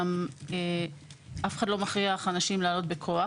גם אף אחד לא מכריח אנשים לעלות בכוח.